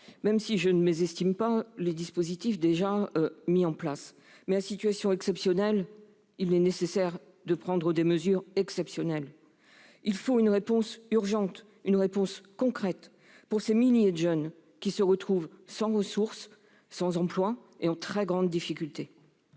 même si je ne mésestime pas les dispositifs déjà mis en place. À situation exceptionnelle, mesures exceptionnelles ! Il faut une réponse urgente, une réponse concrète, pour ces milliers de jeunes qui se retrouvent sans ressources, sans emploi et en très grande difficulté.